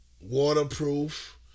waterproof